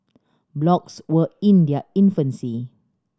blogs were in their infancy